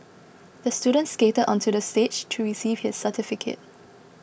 the student skated onto the stage to receive his certificate